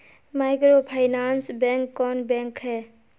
Microfinance bank कौन bank है?